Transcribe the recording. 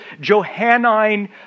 Johannine